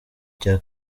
cya